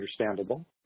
understandable